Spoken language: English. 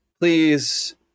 Please